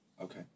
Okay